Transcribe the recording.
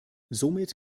somit